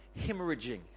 hemorrhaging